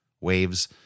waves